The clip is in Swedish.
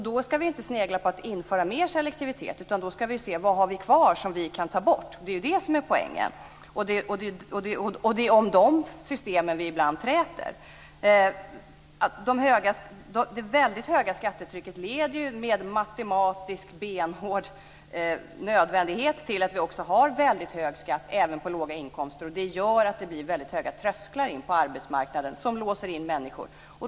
Då ska vi inte snegla på att införa mer selektivitet, utan då ska vi se vad vi har kvar som vi kan ta bort. Det är det som är poängen. Det är om de systemen vi ibland träter. Det väldigt höga skattetrycket leder, med matematiskt benhård nödvändighet, till att vi också har väldigt hög skatt även på låga inkomster, och det gör att det blir väldigt höga trösklar in på arbetsmarknaden som låser ute människor.